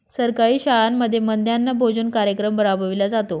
सरकारी शाळांमध्ये मध्यान्ह भोजन कार्यक्रम राबविला जातो